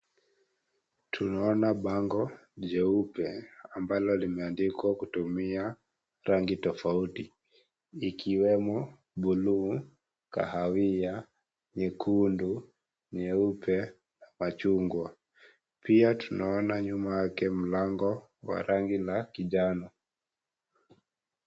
Tunaona bango jeupe ambalo limeandikwa kutumia rangi tofauti ikiwemo bluu, kahawia, nyekundu, nyeupe, machungwa. Pia tunaona nyuma yake mlango wa rangi la kijano.